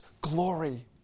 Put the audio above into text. glory